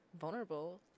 Vulnerable